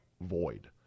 void